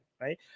Right